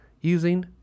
using